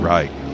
Right